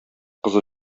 кызы